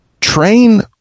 train